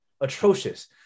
atrocious